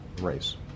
race